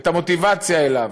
את המוטיבציה אליו,